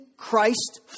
Christ